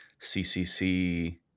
CCC